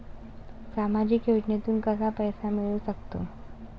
सामाजिक योजनेतून कसा पैसा मिळू सकतो?